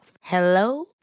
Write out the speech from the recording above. Hello